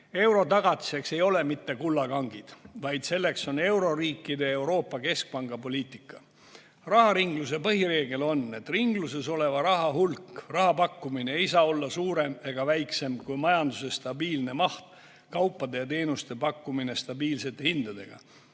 Euro tagatiseks ei ole mitte kullakangid, vaid selleks on euroriikide, Euroopa Keskpanga poliitika. Raharingluse põhireegel on, et ringluses oleva raha hulk, raha pakkumine ei saa olla suurem ega väiksem, kui on majanduse stabiilne maht, kaupade ja teenuste pakkumine stabiilsete hindadega.